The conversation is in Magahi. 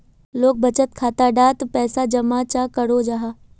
लोग बचत खाता डात पैसा जमा चाँ करो जाहा?